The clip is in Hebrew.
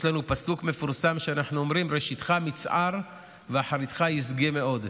יש לנו פסוק מפורסם שאנחנו אומרים: "ראשיתך מצער ואחריתך ישגה מאד"